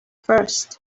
first